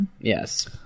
yes